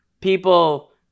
people